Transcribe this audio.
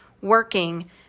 working